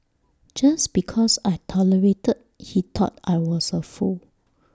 just because I tolerated he thought I was A fool